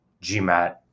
GMAT